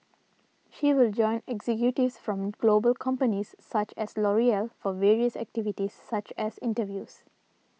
she will join executives from global companies such as L'Oreal for various activities such as interviews